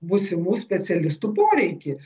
būsimų specialistų poreikį